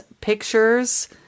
pictures